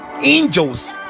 angels